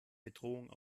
bedrohung